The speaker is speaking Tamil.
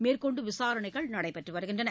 மேற்கொண்டு விசாரணைகள் நடைபெற்று வருகின்றன